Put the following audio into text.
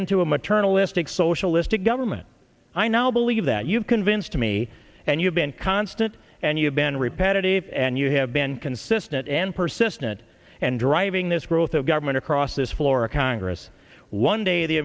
into a maternalistic socialistic government i now believe that you've convinced me and you've been constant and you have been repetitive and you have been consistent and persistent and driving this growth of government across this floor of congress one day the